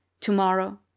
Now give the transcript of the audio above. tomorrow